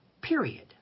Period